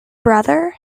brother